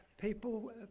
People